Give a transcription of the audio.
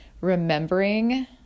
remembering